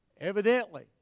Evidently